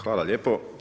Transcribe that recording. Hvala lijepo.